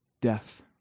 Death